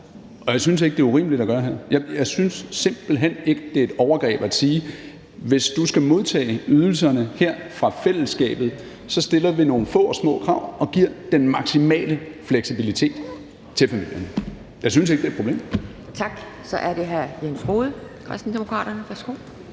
Og det synes jeg ikke er urimeligt at gøre her. Jeg synes simpelt hen ikke, at det er et overgreb at sige: Hvis du skal modtage ydelser her fra fællesskabet, stiller vi nogle få og små krav og giver den maksimale fleksibilitet til familierne. Jeg synes ikke, det er et problem. Kl. 10:37 Anden næstformand (Pia